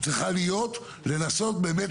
אז יכול להיות שיש רשות שאין לה מספיק יכולת כלכלית